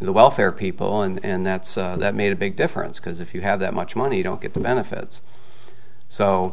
the welfare people and that's that made a big difference because if you have that much money you don't get the benefits so